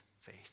faith